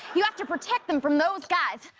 you have to protect them from those guys.